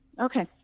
Okay